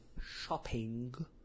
shopping